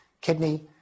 kidney